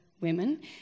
women